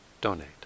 donate